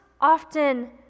often